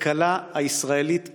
הכלכלה הישראלית קורסת,